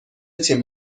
تیم